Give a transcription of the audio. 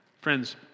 Friends